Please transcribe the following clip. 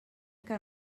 que